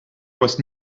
was